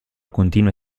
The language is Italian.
continue